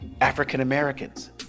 African-Americans